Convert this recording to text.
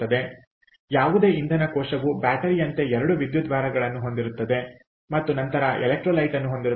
ಆದ್ದರಿಂದ ಯಾವುದೇ ಇಂಧನ ಕೋಶವು ಬ್ಯಾಟರಿ ಯಂತೆ ಎರಡು ವಿದ್ಯುದ್ವಾರಗಳನ್ನು ಹೊಂದಿರುತ್ತದೆ ಮತ್ತು ನಂತರ ಎಲೆಕ್ಟ್ರೋಲೈಟ್ಅನ್ನು ಹೊಂದಿರುತ್ತದೆ